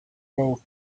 row